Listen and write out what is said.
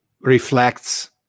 reflects